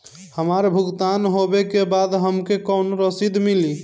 हमार भुगतान होबे के बाद हमके कौनो रसीद मिली?